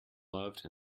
loved